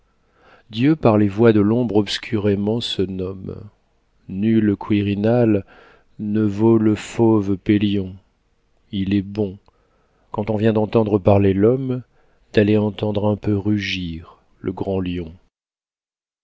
dieu par les voix de l'ombre obscurément se nomme nul quirinal ne vaut le fauve pélion il est bon quand on vient d'entendre parler l'homme d'aller entendre un peu rugir le grand lion